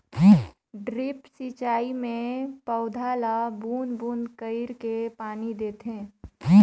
drip सिंचई मे पउधा ल बूंद बूंद कईर के पानी देथे